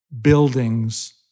buildings